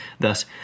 Thus